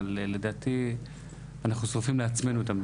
אבל לדעתי אנחנו שורפים לעצמנו את המדינה.